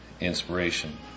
inspiration